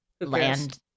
land